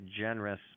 generous